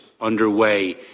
underway